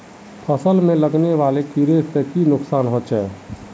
फसल में लगने वाले कीड़े से की नुकसान होचे?